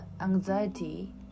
anxiety